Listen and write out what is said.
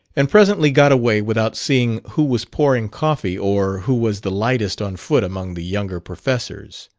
and presently got away without seeing who was pouring coffee or who was the lightest on foot among the younger professors.